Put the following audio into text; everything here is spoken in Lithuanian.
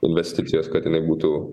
investicijos kad jinai būtų